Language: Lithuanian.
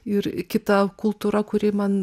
ir kita kultūra kuri man